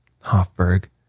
Hofburg